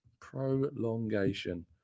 Prolongation